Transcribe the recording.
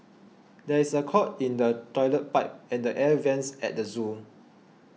there is a clog in the Toilet Pipe and the Air Vents at the zoo